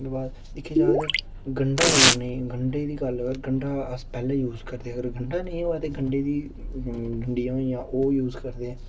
ओह्दे बाद दिक्खेआ जा ते गंडा अगर नेईं गंडे दी गल्ल गंडा अस पैह्लें यूज़ करदे गंडा नेईं होऐ तां गंडे दी डंडियां होइयां ओह् यूज़ करदे